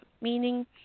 meaning